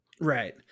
Right